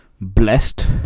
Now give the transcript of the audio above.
blessed